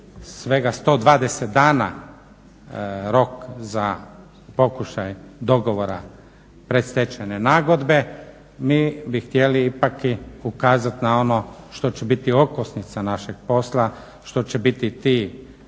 svega 120 dana rok za pokušaj dogovora predstečajne nagodbe. Mi bi htjeli ipak i ukazati na ono što će biti okosnica našeg posla, što će biti ti